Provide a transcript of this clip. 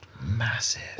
Massive